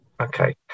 Okay